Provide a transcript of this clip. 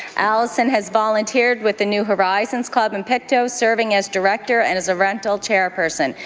alison has volunteered with the new horizons club in pictou, so serving as director and is a rental chairperson.